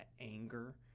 anger